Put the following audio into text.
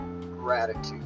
gratitude